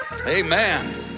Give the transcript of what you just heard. Amen